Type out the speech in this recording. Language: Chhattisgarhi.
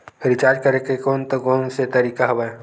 रिचार्ज करे के कोन कोन से तरीका हवय?